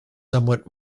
somewhat